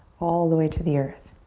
all the way to the earth.